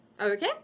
Okay